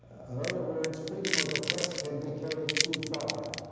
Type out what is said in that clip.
in other words, freedom of the press can be carried too far.